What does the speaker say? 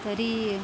तरी